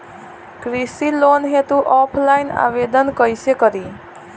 कृषि लोन हेतू ऑफलाइन आवेदन कइसे करि?